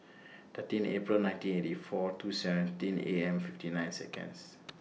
thirteen April nineteen eighty four two seventeen A M fifty nine Seconds